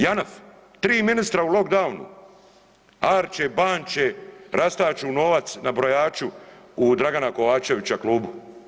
JANAF tri ministra u lockdownu arče, banče, rastaču novac na brojaču u Dragana Kovačevića klubu.